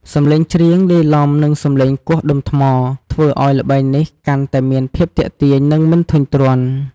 សំឡេងច្រៀងលាយឡំនឹងសំឡេងគោះដុំថ្ម ធ្វើឱ្យល្បែងនេះកាន់តែមានភាពទាក់ទាញ និងមិនធុញទ្រាន់។